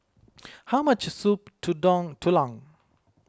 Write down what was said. how much Soup Tulang